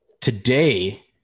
today